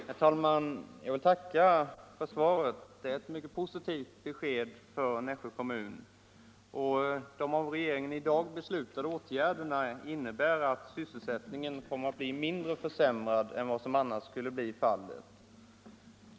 Herr talman! Jag vill tacka för svaret. Beskedet är positivt för Nässjö kommun. Den av regeringen i dag beslutade åtgärden innebär att sysselsättningssituationen blir mindre försämrad än vad som annars skulle bli fallet.